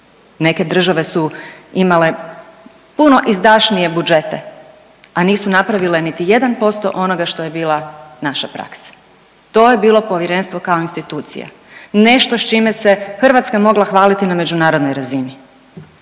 Neke države su imale puno izdašnije budžete, a nisu napravile niti 1% onoga što je bila naša praksa. To je bilo Povjerenstvo kao institucija. Nešto s čime se Hrvatska mogla hvaliti na međunarodnoj razini.